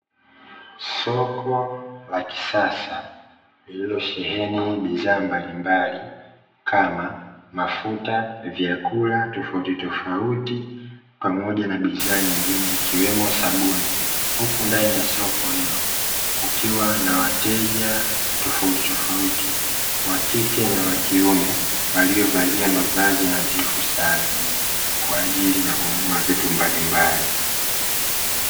Soko la kisasa lililosheheni bidhaa mbalimbali kama mafuta, vyakula tofautitofauti pamoja na bidhaa nyingine ikiwemo sabuni, huku ndani ya soko hilo kukiwa na wateja tofautitofauti; wa kike na wa kiume, waovalia mavazi nadhifu sana kwa ajili ya kununua vitu mbalimbali.